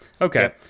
Okay